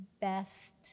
best